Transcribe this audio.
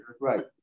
right